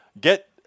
get